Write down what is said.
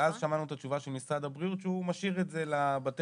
שמענו את תשובת משרד הבריאות שמשאיר את זה לבתי